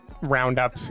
roundup